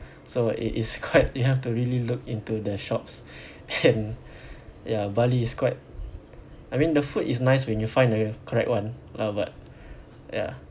so it is quite you have to really look into their shops and ya Bali is quite I mean the food is nice when you find the correct one lah but ya